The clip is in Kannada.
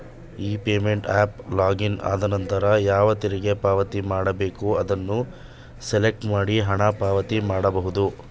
ಇ ಪೇಮೆಂಟ್ ಅಫ್ ಲಾಗಿನ್ ಆದನಂತರ ಯಾವ ತೆರಿಗೆ ಪಾವತಿ ಮಾಡಬೇಕು ಅದನ್ನು ಸೆಲೆಕ್ಟ್ ಮಾಡಿ ಹಣ ಪಾವತಿ ಮಾಡಬಹುದು